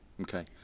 Okay